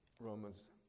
Romans